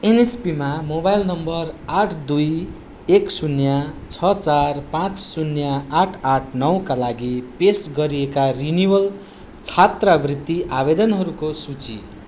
एनएसपीमा mobile number आठ दुई एक शून्य छ चार पाँच शून्य आठ आठ नौका लागि पेस गरिएका रिनिवल छात्रवृत्ति आवेदनहरूको सूची